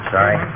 Sorry